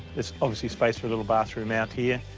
there's obviously space for a little bathroom out here.